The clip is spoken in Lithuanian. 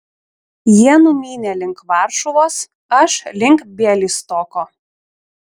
jie numynė link varšuvos aš link bialystoko